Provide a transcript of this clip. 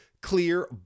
clear